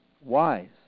wise